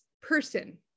person